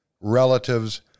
relatives